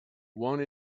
one